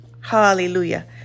Hallelujah